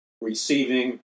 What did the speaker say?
receiving